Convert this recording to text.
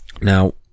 Now